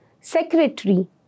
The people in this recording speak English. Secretary